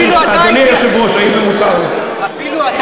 אפילו אתה